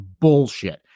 bullshit